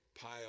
pile